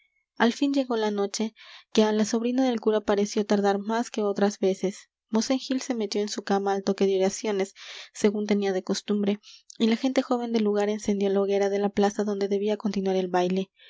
al fin llegó la noche que á la sobrina del cura pareció tardar más que otras veces mosén gil se metió en su cama al toque de oraciones según tenía de costumbre y la gente joven del lugar encendió la hoguera en la plaza donde debía continuar el baile